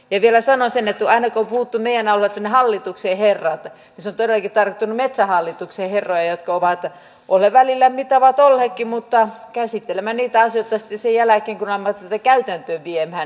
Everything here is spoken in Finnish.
vielä sanon sen että aina kun on puhuttu meidän alueellamme että ne hallituksen herrat niin se on todellakin tarkoittanut metsähallituksen herroja jotka ovat olleet välillä mitä ovat olleetkin mutta käsittelemme niitä asioita sitten sen jälkeen kun alamme tätä käytäntöön viemään